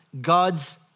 God's